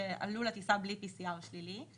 שעלו לטיסה בלי PCR שלילי,